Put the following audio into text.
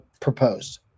proposed